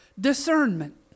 discernment